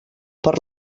per